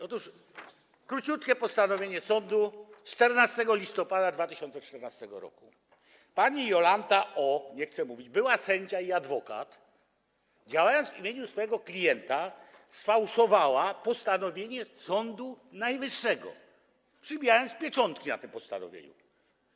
Otóż króciutkie postanowienie sądu z 14 listopada 2014 r. Pani Jolanta O. - nie chcę mówić - była sędzia i adwokat, działając w imieniu swojego klienta, sfałszowała postanowienie Sądu Najwyższego, przybijając pieczątki na tym postanowieniu.